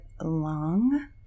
long